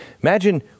Imagine